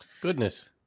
Goodness